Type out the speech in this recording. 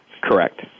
Correct